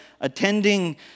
attending